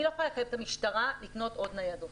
אני לא יכולה לחייב את המשטרה לקנות עוד ניידות,